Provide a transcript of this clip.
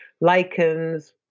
lichens